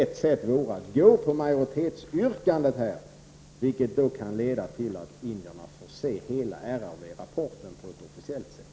Ett sätt vore att gå på majoritetsyrkandet, vilket kan leda till att indierna får se hela RRV-rapporten på ett officiellt sätt.